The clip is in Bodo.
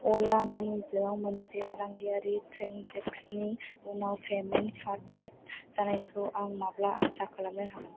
अला मानिजों मोनसे फालांगियारि ट्रेन्जेक्सनि उनाव पेमेन्ट आपडेट जानायखौ आं माब्ला आसा खालामनो हागोन